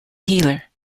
healer